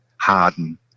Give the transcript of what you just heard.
harden